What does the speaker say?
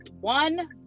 one